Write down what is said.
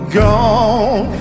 gone